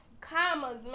Commas